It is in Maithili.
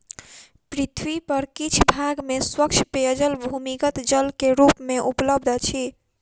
पृथ्वी पर किछ भाग में स्वच्छ पेयजल भूमिगत जल के रूप मे उपलब्ध अछि